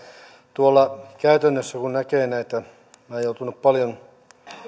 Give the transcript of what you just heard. tuolla käytännössä kun näkee näitä minä olen joutunut paljon